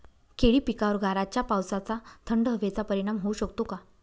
केळी पिकावर गाराच्या पावसाचा, थंड हवेचा परिणाम होऊ शकतो का?